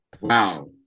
Wow